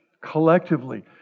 collectively